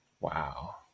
Wow